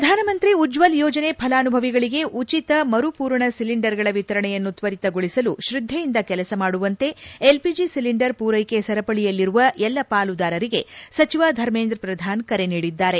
ಪ್ರಧಾನ್ ಮಂತ್ರಿ ಉಜ್ಜಲ ಯೋಜನೆ ಫಲಾನುಭವಿಗಳಿಗೆ ಉಚಿತ ಮರುಪೂರಣಗಳ ಸಿಲಿಂಡರ್ ಗಳ ವಿತರಣೆಯನ್ನು ತ್ತರಿತಗೊಳಿಸಲು ತ್ರದ್ದೆಯಿಂದ ಕೆಲಸ ಮಾಡುವಂತೆ ಎಲ್ಪಿಜಿ ಸಿಲಿಂಡರ್ ಪೂರ್ಲೆಕೆ ಸರಪಳಿಯಲ್ಲಿರುವ ಎಲ್ಲ ಪಾಲುದಾರರಿಗೆ ಸಚಿವ ಧರ್ಮೇಂದ್ರ ಪ್ರಧಾನ್ ಕರೆ ನೀಡಿದ್ಲಾರೆ